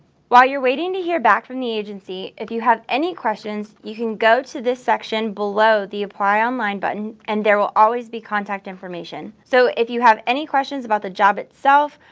while you're waiting to hear back from the agency, if you have any questions you can go down to this section below the apply online button and there will always be contact information. so if you have any questions about the job itself,